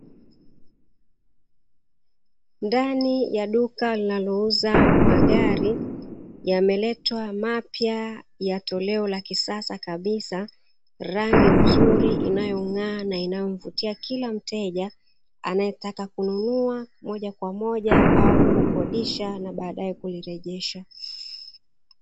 Ndani ya duka linalouza magari, yameletwa mapya ya toleo la kisasa kabisa, rangi nzuri inayong'aa na inayomvutia kila mteja anayetaka kununua moja kwa moja au kukodisha na baadaye kulirejesha.